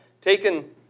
taken